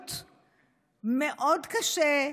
אלימות מאוד קשה,